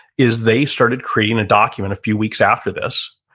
is they started creating a document a few weeks after this.